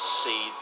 see